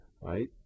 right